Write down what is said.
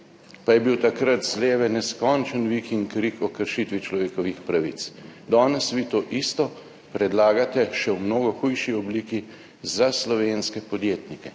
pa je bil takrat z leve neskončen vik in krik o kršitvi človekovih pravic. Danes vi to isto predlagate še v mnogo hujši obliki za slovenske podjetnike,